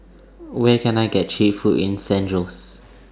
Where Can I get Cheap Food in San Jose